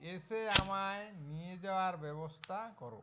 এসে আমায় নিয়ে যাওয়ার ব্যবস্থা করো